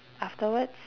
afterwards